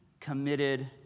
committed